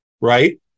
right